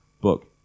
book